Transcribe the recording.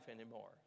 anymore